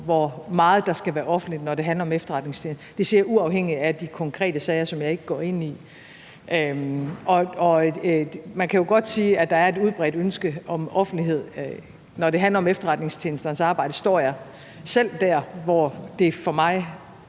hvor meget der skal være offentligt, når det handler om efterretningstjenesterne – det siger jeg uafhængigt af de konkrete sager, som jeg ikke går ind i – og man kan jo godt sige, at der er et udbredt ønske om offentlighed. Når det handler om efterretningstjenesternes arbejde, står jeg selv der, hvor det for mig